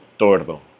tordo